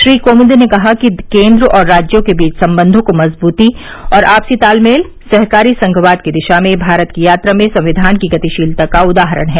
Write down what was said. श्री कोविंद ने कहा कि केन्द्र और राज्यों के बीच संबंधों की मजबुती और आपसी तालमेल सहकारी संघवाद की दिशा में भारत की यात्रा में संविधान की गतिशीलता का उदाहरण है